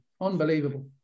unbelievable